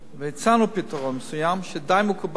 והצענו פתרון מסוים שדי מקובל על הרופאים.